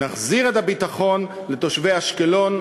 נחזיר את הביטחון לתושבי אשקלון,